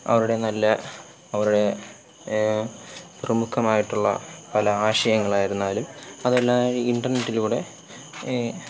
അവരുടെ നല്ല അവരുടെ പ്രമുഖമായിട്ടുള്ള പല ആശയങ്ങളായിരുന്നാലും അതെല്ലാം ഈ ഇൻ്റെർനെറ്റിലൂടെ ഈ